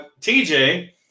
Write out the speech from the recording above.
TJ